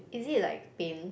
is it like pain